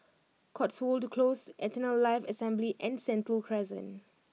Cotswold Close Eternal Life Assembly and Sentul Crescent